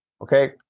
Okay